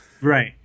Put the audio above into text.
Right